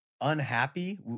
unhappy